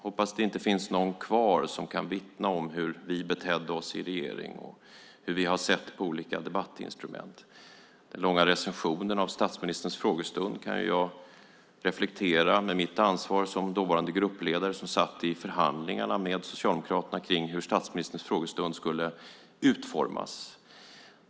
Hoppas att det inte finns någon kvar som kan vittna om hur vi betedde oss i regering och hur vi har sett på olika debattinstrument. Den långa recensionen av statsministerns frågestund kan jag reflektera över med mitt ansvar som dåvarande gruppledare som satt i förhandlingarna med Socialdemokraterna kring hur statsministerns frågestund skulle utformas.